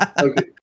Okay